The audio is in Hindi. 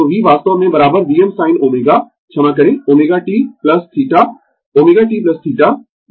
तो v वास्तव में Vm sin ω क्षमा करें ω t θ ω t θ यह एक θ